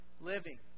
living